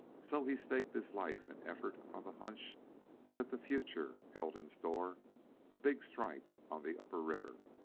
so he staked his life and effort on the hunch that the future held in store a big strike on the upper river.